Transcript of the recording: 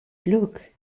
look